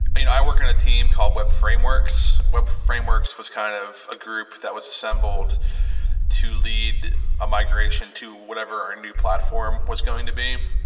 i work in a team called, web frameworks. web frameworks was kind of a group that was assembled to lead a migration to whatever our new was going to be.